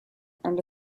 earned